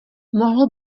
mohl